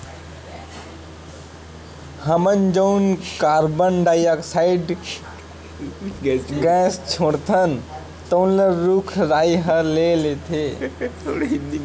हमन जउन carbon dioxide oxide gas छोड़थन तउन ल रूख राई ह ले लेथे